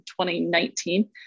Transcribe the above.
2019